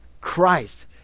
Christ